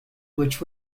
which